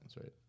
right